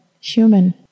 human